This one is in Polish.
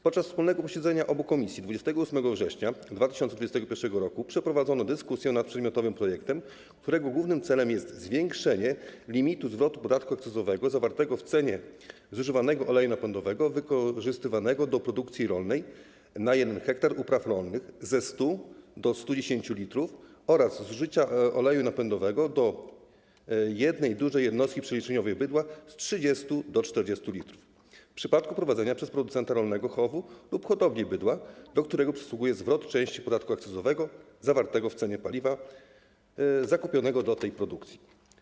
Podczas wspólnego posiedzenia obu komisji 28 września 2021 r. przeprowadzono dyskusję nad przedmiotowym projektem, którego głównym celem jest zwiększenie limitu zwrotu podatku akcyzowego zawartego w cenie zużywanego oleju napędowego wykorzystywanego do produkcji rolnej na 1 ha upraw rolnych ze 100 l do 110 l oraz limitu zużycia oleju napędowego na jedną dużą jednostkę przeliczeniową bydła z 30 l do 40 l w przypadku prowadzenia przez producenta rolnego chowu lub hodowli bydła, do którego przysługuje zwrot części podatku akcyzowego zawartego w cenie paliwa zakupionego do tej produkcji.